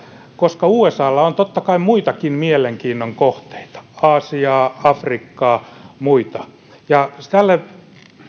koska usalla on totta kai muitakin mielenkiinnon kohteita aasiaa afrikkaa ja muita